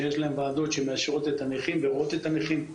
שיש להם ועדות שמאשרות את הנכים ורואות את הנכים.